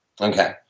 Okay